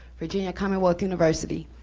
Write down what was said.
virginia commonwealth university.